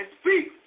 speak